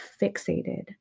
fixated